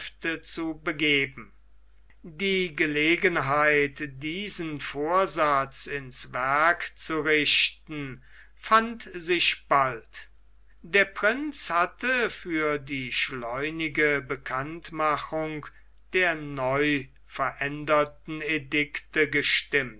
zu begeben die gelegenheit diesen vorsatz ins werk zu richten fand sich bald der prinz hatte für die schleunige bekanntmachung der neuveränderten edikte gestimmt